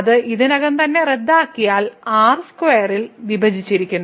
അത് ഇതിനകം തന്നെ റദ്ദാക്കിയ r2 ൽ വിഭജിച്ചിരിക്കുന്നു